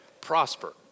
prosper